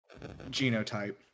genotype